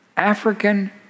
African